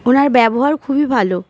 ওনার ব্যবহার খুবই ভালো